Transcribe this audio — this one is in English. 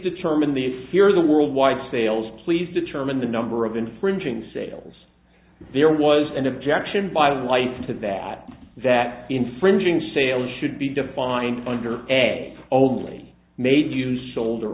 determine the fear the worldwide sales please determine the number of infringing sales there was an objection by life to that that infringing sales should be defined under a only made use sold